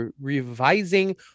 revising